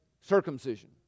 circumcision